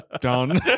Done